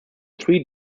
three